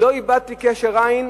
לא איבדתי קשר עין,